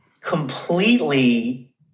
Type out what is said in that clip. completely